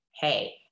Hey